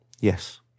Yes